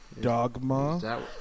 Dogma